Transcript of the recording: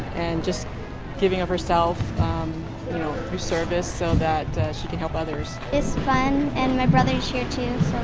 and just giving of herself you know through service so that she can help others it's fun and my brother's here tunes